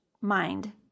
mind